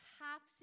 half